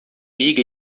amiga